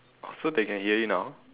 so they can hear you now